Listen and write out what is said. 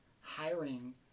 hiring